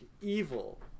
evil